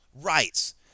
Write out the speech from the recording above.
rights